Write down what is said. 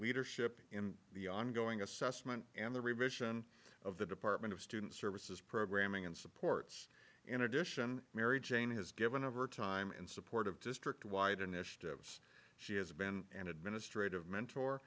leadership in the ongoing assessment and the revision of the department of student services programming and supports in addition mary jane has given over time in support of district wide initiatives she has been an administrative mentor